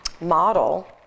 model